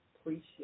Appreciate